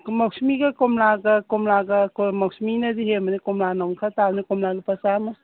ꯃꯧꯁꯃꯤꯒ ꯀꯣꯝꯂꯥꯒ ꯀꯣꯝꯂꯥꯒ ꯃꯧꯁꯃꯤꯅꯁꯨ ꯍꯦꯟꯕꯅꯦ ꯀꯣꯝꯂꯥꯅ ꯑꯃꯨꯛ ꯈꯔ ꯇꯥꯕꯅꯦ ꯀꯣꯝꯂꯥ ꯂꯨꯄꯥ ꯆꯥꯝꯃ